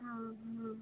हाँ हम लोग